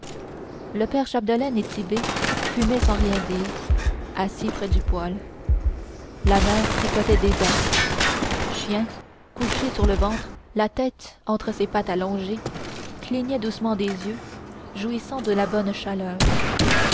le père chapdelaine et tit'bé fumaient sans rien dire assis près du poêle la mère tricotait des bas chien couché sur le ventre la tête entre ses pattes allongées clignait doucement des yeux jouissant de la bonne chaleur